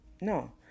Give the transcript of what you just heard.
No